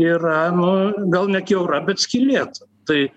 yra nu gal ne kiaura bet skylėta tai